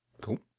Cool